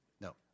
No